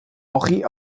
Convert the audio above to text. henri